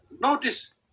notice